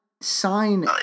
sign